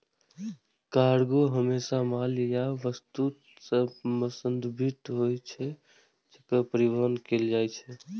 cargo हमेशा माल या वस्तु सं संदर्भित होइ छै, जेकर परिवहन कैल जाइ छै